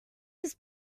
his